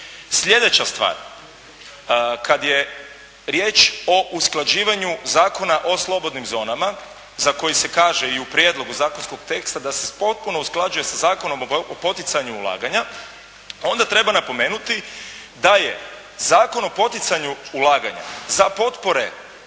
Sljedeća stvar, kada je riječ o usklađivanju Zakona o slobodnim zonama za koji se kaže i u prijedlogu zakonskog teksta da se potpuno usklađuje sa zakonom o poticanju ulaganja onda treba napomenuti da je Zakon o poticanju ulaganja za potpore